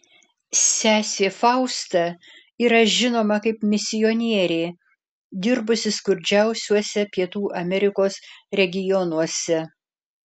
sesė fausta yra žinoma kaip misionierė dirbusi skurdžiausiuose pietų amerikos regionuose